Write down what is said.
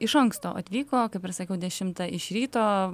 iš anksto atvyko kaip ir sakiau dešimtą iš ryto